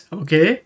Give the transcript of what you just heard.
okay